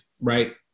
right